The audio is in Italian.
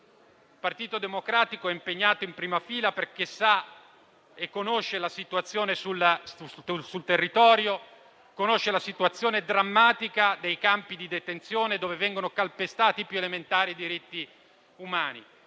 il Partito Democratico è impegnato in prima fila, perché conosce la situazione sul territorio, conosce la situazione drammatica dei campi di detenzione dove vengono calpestati i più elementari diritti umani,